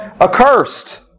accursed